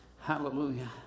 Hallelujah